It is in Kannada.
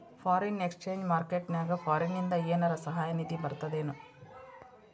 ಫಾರಿನ್ ಎಕ್ಸ್ಚೆಂಜ್ ಮಾರ್ಕೆಟ್ ನ್ಯಾಗ ಫಾರಿನಿಂದ ಏನರ ಸಹಾಯ ನಿಧಿ ಬರ್ತದೇನು?